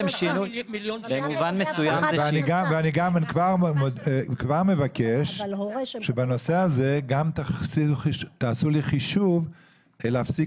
אני כבר מבקש שבנושא הזה גם תעשו לי חישוב להפסיק